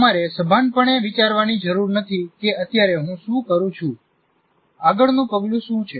તમારે સભાનપણે વિચારવાની જરૂર નથી કે અત્યારે હું શું કરું છું આગળનું પગલું શું છે